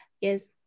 yes